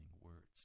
words